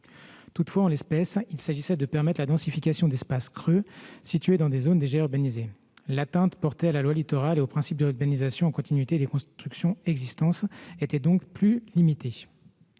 Toutefois, il s'agissait de permettre la densification d'espaces creux situés dans des zones déjà urbanisées. L'atteinte portée à la loi Littoral et au principe d'urbanisation en continuité des constructions existantes était donc limitée.